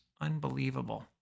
Unbelievable